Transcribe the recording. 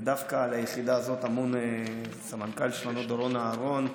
ודווקא על היחידה הזאת אמון הסמנכ"ל שלנו דורון אהרן.